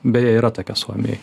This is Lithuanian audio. beje yra tokia suomijoj